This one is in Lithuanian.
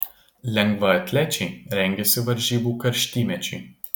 lengvaatlečiai rengiasi varžybų karštymečiui